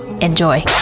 Enjoy